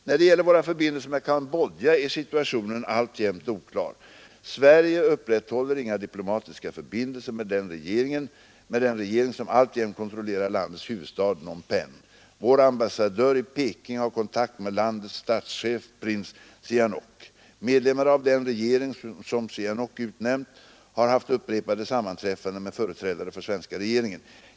När det gäller våra förbindelser med Cam bodja är situationen alltjämt oklar. Sverige upprätthåller inga diplomatiska förbindelser med den regering som alltjämt kontrollerar landets huvudstad Phnom Penh. Vår ambassadör i Peking har kontakt med landets statschef, prins Norodom Sihanouk. Medlemmar av den regering som Sihanouk utnämnt har haft upprepade sammanträffanden med företrädare för den svenska regeringen.